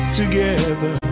together